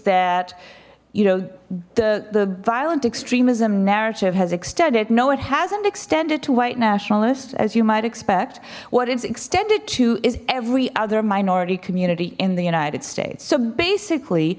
that you know the the violent extremism narrative has extended no it hasn't extended to white nationalists as you might expect what is extended to is every other minority community in the united states so basically